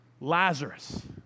Lazarus